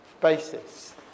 basis